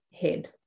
head